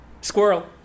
squirrel